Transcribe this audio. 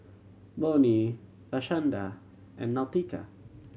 Bonnie Lashanda and Nautica